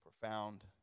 profound